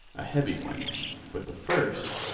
a heavy one but the first,